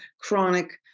chronic